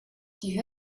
die